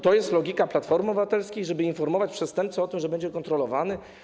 To jest logika Platformy Obywatelskiej, żeby informować przestępcę o tym, że będzie kontrolowany?